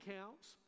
counts